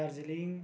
Darjeeling